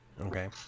okay